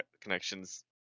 connections